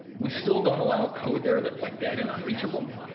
we still don't allow code there that's like dead and unreachable.